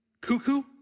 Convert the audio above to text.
cuckoo